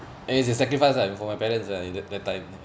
and it's a sacrifice lah as in for my parents uh in that that time